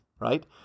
right